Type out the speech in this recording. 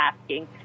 asking